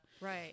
right